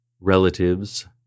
relatives